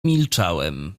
milczałem